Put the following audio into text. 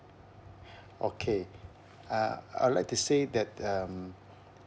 okay uh I'd like to say that um